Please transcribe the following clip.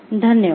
धन्यवाद